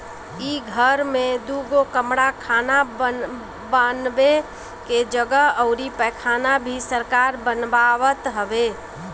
इ घर में दुगो कमरा खाना बानवे के जगह अउरी पैखाना भी सरकार बनवावत हवे